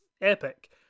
Epic